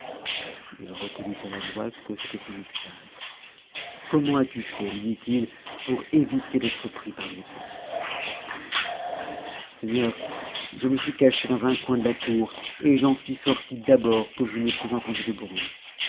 il reconnut à la voix que c'était son esclave comment as-tu fait lui dit-il pour éviter d'être pris par le guet seigneur je me suis cache dans un coin de la cour et j'en suis sorti d'abord que je n'ai plus entendu de bruit